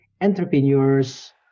entrepreneurs